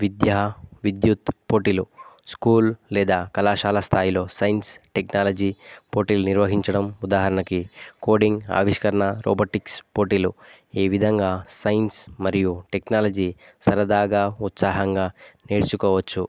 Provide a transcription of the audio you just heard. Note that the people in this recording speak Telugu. విద్యా విద్యుత్ పోటీలు స్కూల్ లేదా కళాశాల స్థాయిలో సైన్స్ టెక్నాలజీ పోటీలు నిర్వహించడం ఉదాహరణకి కోడింగ్ ఆవిష్కరణ రోబోటిక్స్ పోటీలు ఈ విధంగా సైన్స్ మరియు టెక్నాలజీ సరదాగా ఉత్సాహంగా నేర్చుకోవచ్చు